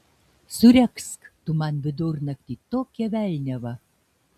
suregzk tu man vidurnaktį tokią velniavą